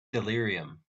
delirium